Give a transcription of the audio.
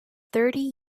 thirty